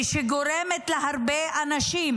שגורמת להרבה אנשים